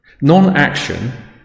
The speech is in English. Non-action